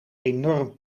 enorm